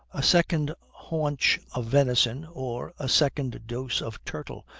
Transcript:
a second haunch of venison, or a second dose of turtle,